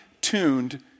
tuned